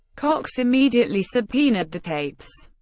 cox immediately subpoenaed the tapes,